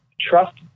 trust